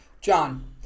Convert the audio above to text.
John